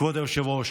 כבוד היושב-ראש.